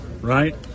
Right